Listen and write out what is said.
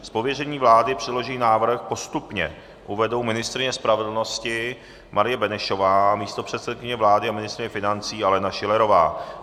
Z pověření vlády předložený návrh postupně uvedou ministryně spravedlnosti Marie Benešová, místopředsedkyně vlády a ministryně financí Alena Schillerová.